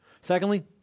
Secondly